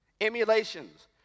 Emulations